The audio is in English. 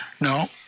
No